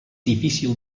difícil